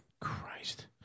Christ